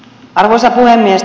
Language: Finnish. arvoisa puhemies